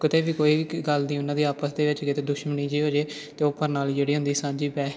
ਕਿਤੇ ਵੀ ਕੋਈ ਕ ਗੱਲ ਦੀ ਉਨ੍ਹਾਂ ਦੀ ਆਪਸ ਦੇ ਵਿੱਚ ਕਿਤੇ ਦੁਸ਼ਮਣੀ ਜਿਹੀ ਹੋਜੇ ਤਾਂ ਉਹ ਪ੍ਰਣਾਲੀ ਜਿਹੜੀ ਹੁੰਦੀ ਸਾਂਝੀ ਪੈ